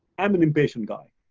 i'm an impatient guy.